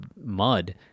mud